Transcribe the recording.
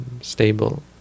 stable